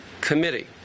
committee